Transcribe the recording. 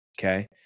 Okay